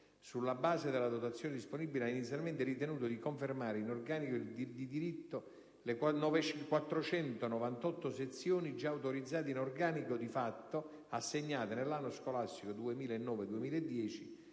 sulla base della dotazione disponibile, ha inizialmente ritenuto di confermare in organico di diritto le 498 sezioni già autorizzate in organico di fatto assegnate nell'anno scolastico 2009-2010,